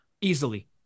Easily